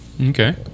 okay